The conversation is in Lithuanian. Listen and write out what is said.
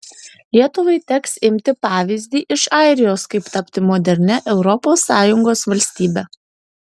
lietuvai teks imti pavyzdį iš airijos kaip tapti modernia europos sąjungos valstybe